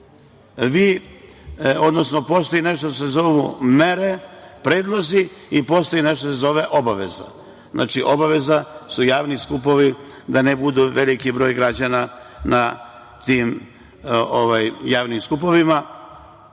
odgovornost. Postoji nešto što se zovu mere, predlozi i postoji nešto što se zove obaveza. Znači obaveza su javni skupovi, da ne bude veliki broj građana na tim javnim skupovima.